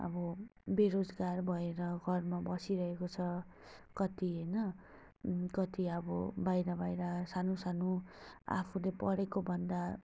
अब बेरोजगार भएर घरमा बसिरहेको छ कति होइन कति अब बाहिर बाहिर सानो सानो आफूले पढेकोभन्दा